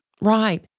Right